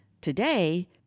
Today